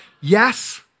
Yes